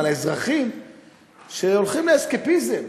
על האזרחים שהולכים לאסקפיזם,